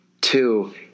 Two